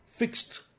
fixed